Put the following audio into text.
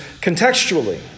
contextually